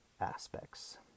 aspects